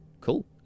Cool